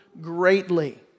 greatly